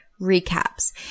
recaps